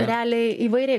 realiai įvairiai